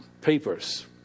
papers